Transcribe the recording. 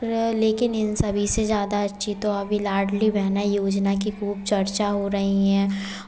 लेकिन इन सभी से ज़्यादा अच्छी तो अभी लाडली बहना योजना की खूब चर्चा हो रही है